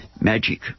magic